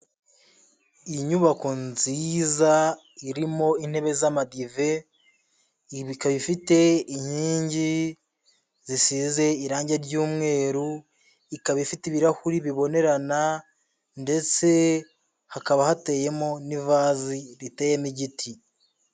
Iyi nyubako nziza irimo intebe z'amadive ibi ikaba ifite inkingi zisize irangi ry'umweru ikaba ifite ibirahuri bibonerana ndetse hakaba hateyemo n'ivazi riteyemo igiti.